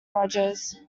rogers